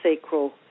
sacral